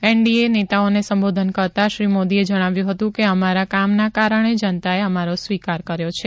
NDA નેતાઓને સંબોધન કરતાં શ્રી મોદીએ જણાવ્યું હતું કે અમારા કામના કારણે જનતાએ અમારો સ્વીકાર કર્યો છે